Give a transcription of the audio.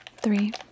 Three